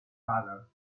father